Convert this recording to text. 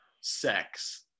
sex